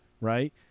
right